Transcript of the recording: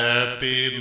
Happy